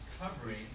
covering